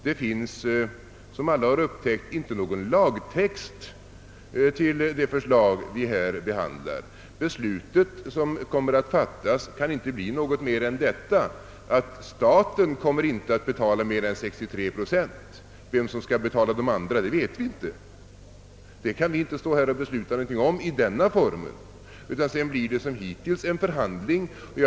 Det finns som alla har upptäckt inte någon lagtext till det förslag som vi här behandlar. Det beslut som kommer att fattas kan inte leda till annat än att staten inte kommer att betala mer än 63 procent av kostnaderna. Vem som skall betala de återstående procenten vet vi inte; det kan vi inte fatta något beslut om. Det blir som hittills en förhandlingsfråga.